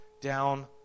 down